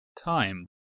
time